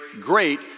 great